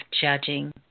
judging